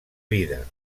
vida